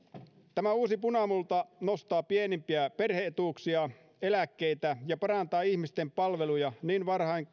tämä uusi punamulta nostaa pienimpiä perhe etuuksia ja eläkkeitä ja parantaa ihmisten palveluja niin